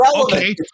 okay